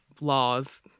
laws